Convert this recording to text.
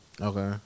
Okay